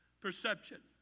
perception